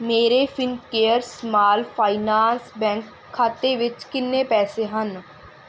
ਮੇਰੇ Fincare small finance bank ਖਾਤੇ ਵਿੱਚ ਕਿੰਨੇ ਪੈਸੇ ਹਨ